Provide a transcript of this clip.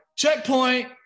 Checkpoint